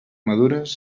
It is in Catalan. madures